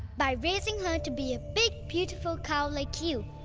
by raising her to be a big, beautiful cow like you.